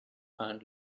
and